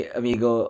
amigo